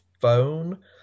phone